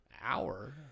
hour